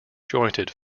jointed